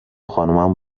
خانمم